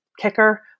kicker